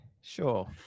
sure